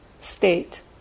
state